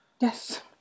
Yes